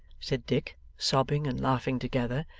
said dick, sobbing and laughing together,